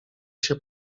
się